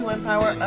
Empower